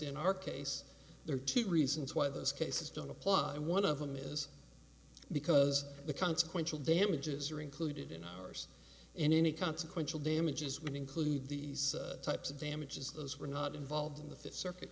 in our case there teeth reasons why those cases don't apply and one of them is because the consequential damages are included in ours and any consequential damages would include these types of damages those were not involved in the fifth circuit